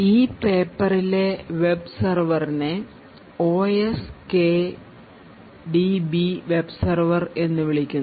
ഈ പേപ്പറിലെ വെബ്സർവറിനെ OSKDB webserver എന്ന് വിളിക്കുന്നു